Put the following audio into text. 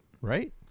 Right